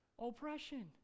oppression